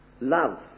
love